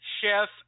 Chef